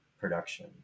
production